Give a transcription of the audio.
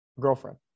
girlfriend